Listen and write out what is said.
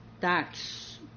tax